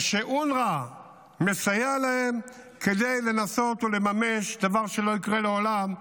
ושאונר"א מסייע להם כדי לנסות ולממש דבר שלא יקרה לעולם,